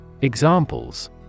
Examples